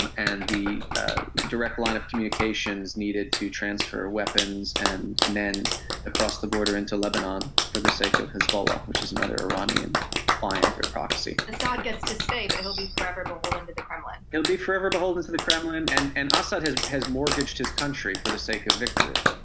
and and the direct line of communications needed to transfer weapons and men across the border into lebanon for the sake of hezbollah, which is another iranian client or proxy. assad gets to stay, but he'll be forever beholden to the kremlin. he'll be forever beholden to the kremlin and and assad has mortgaged his country for the sake of victory.